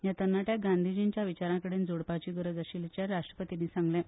ह्या तरणाट्यांक गांधींजींच्या विचारांकडेन जोडपाची गरज आशिल्याचे राष्ट्रपतींनी सांगलें